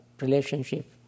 relationship